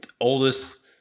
oldest –